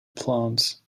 plants